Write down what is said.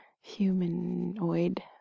humanoid